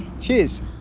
Cheers